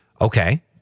okay